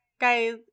guys